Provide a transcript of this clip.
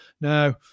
Now